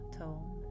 tone